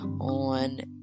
on